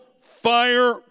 fire